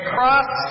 Cross